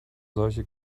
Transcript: solche